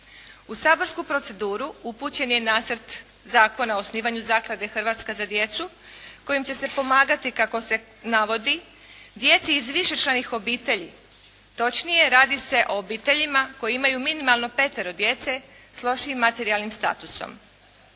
U saborsku proceduru upućen je Nacrt zakona o osnivanju Zaklade „Hrvatska za djecu“ kojim će se pomagati, kako se navodi djeci iz višečlanih obitelji. Točnije radi se o obiteljima koji imaju minimalno petero djece s lošijim materijalnim statusom.